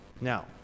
Now